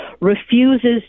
refuses